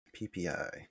PPI